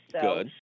Good